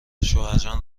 شوهرجان